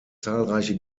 zahlreiche